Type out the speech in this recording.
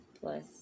plus